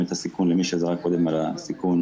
את הסיכון למי שזרק קודם הערה על הסיכון.